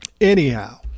Anyhow